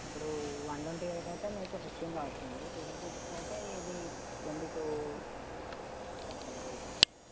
ఇప్పుడు one twenty eight అయితే మీకు ఫిఫ్టీన్లో వస్తుంది టూ ఫిఫ్టీ సిక్స్ అయితే ఇది ట్వంటీ టూ అట్లా పడుతుంది రేటు